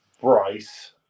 Bryce